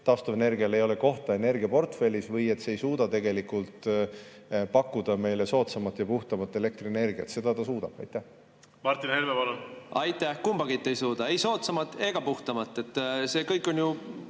et taastuvenergiale ei ole kohta energiaportfellis või et see ei suuda pakkuda meile soodsamat ja puhtamat elektrienergiat. Seda ta suudab. Martin Helme, palun! Martin Helme, palun! Aitäh! Kumbagi ei suuda: ei soodsamat ega puhtamat. See kõik on ju